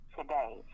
today